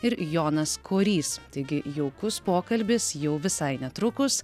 ir jonas korys taigi jaukus pokalbis jau visai netrukus